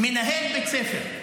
מנהל בית ספר.